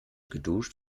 geduscht